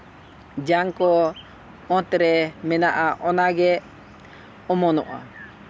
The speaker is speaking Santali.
ᱡᱟᱝ ᱠᱚ ᱚᱛᱨᱮ ᱢᱮᱱᱟᱜᱼᱟ ᱚᱱᱟ ᱜᱮ ᱚᱢᱚᱱᱚᱜᱼᱟ